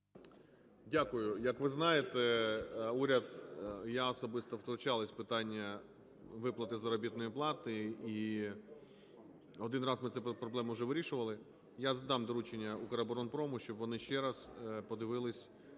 Дякую. Як ви знаєте, уряд і я особисто втручались в питання виплати заробітної плати і один раз ми цю проблему вже вирішували. Я дам доручення "Укроборонпрому", щоб вони ще раз подивились